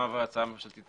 גם ההצעה הממשלתית